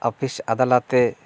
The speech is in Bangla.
অফিস আদালতে